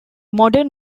modern